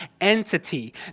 entity